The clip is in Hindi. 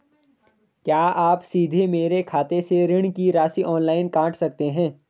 क्या आप सीधे मेरे खाते से ऋण की राशि ऑनलाइन काट सकते हैं?